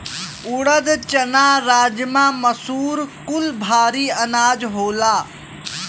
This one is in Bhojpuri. ऊरद, चना, राजमा, मसूर कुल भारी अनाज होला